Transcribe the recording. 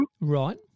right